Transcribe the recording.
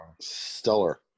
Stellar